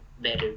better